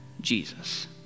Jesus